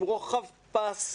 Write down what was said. עם רוחב פס,